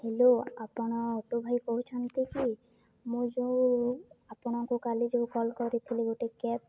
hello ଆପଣ auto ଭାଇ କହୁଛନ୍ତି କି ମୁଁ ଯୋଉ ଆପଣଙ୍କୁ କାଲି ଯୋଉ କଲ୍ କରିଥିଲି ଗୋଟେ କ୍ୟାବ୍